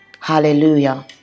Hallelujah